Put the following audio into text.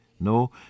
No